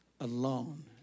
alone